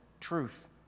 truth